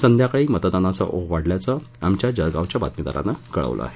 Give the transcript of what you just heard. संध्याकाळी मतदानाचा ओघ वाढल्याचं आमच्या बातमीदारानं कळवलं आहे